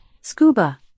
scuba